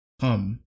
come